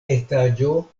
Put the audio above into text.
etaĝo